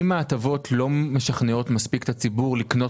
אם ההטבות לא משכנעות מספיק את הציבור לקנות